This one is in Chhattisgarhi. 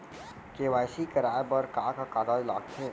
के.वाई.सी कराये बर का का कागज लागथे?